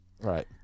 Right